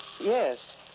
Yes